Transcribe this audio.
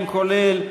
כולל,